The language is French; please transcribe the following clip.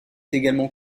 également